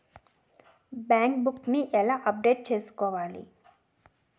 Bank book నీ ఎలా update చేసుకోవాలి?